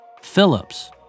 Phillips